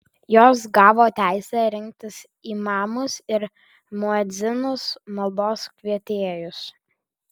jos gavo teisę rinktis imamus ir muedzinus maldos kvietėjus